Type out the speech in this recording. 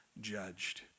judged